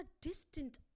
distant